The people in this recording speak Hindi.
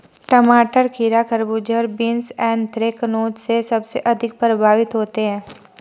टमाटर, खीरा, खरबूजे और बीन्स एंथ्रेक्नोज से सबसे अधिक प्रभावित होते है